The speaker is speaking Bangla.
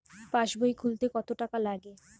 পাশবই খুলতে কতো টাকা লাগে?